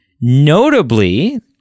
Notably